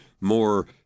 more